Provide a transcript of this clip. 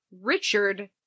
Richard